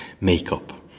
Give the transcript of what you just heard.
makeup